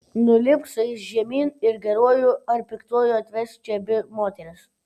nulipk su jais žemyn ir geruoju ar piktuoju atvesk čia abi moteris